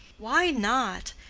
why not?